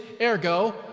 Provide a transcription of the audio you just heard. ergo